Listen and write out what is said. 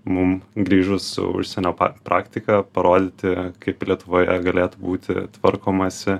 mum grįžus su užsienio praktika parodyti kaip lietuvoje galėtų būti tvarkomasi